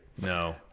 No